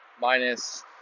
minus